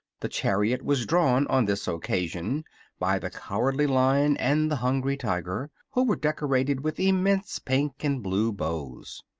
the chariot was drawn on this occasion by the cowardly lion and the hungry tiger, who were decorated with immense pink and blue bows.